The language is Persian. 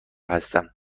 هستم